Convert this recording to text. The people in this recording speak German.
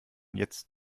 jetzt